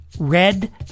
red